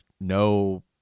no